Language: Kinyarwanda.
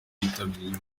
bitabiriye